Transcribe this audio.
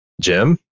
Jim